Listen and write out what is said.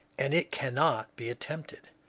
and it cannot be attempted.